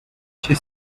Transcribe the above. she